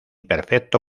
perfecto